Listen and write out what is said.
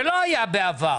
זה לא היה בעבר.